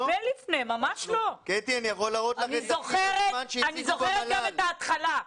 אני זוכרת גם את ההתחלה.